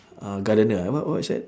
uh gardener what what's that